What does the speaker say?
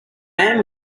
man